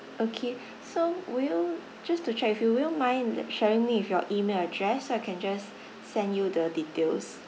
okay so would you just to check with you would you mind sharing me with your email address so I can just send you the details